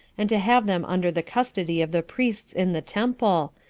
and to have them under the custody of the priests in the temple,